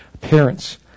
parents